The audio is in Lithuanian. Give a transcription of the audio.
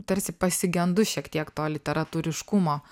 tarsi pasigendu šiek tiek to literatūriškumo